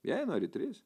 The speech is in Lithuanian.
jei nori tris